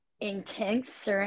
intense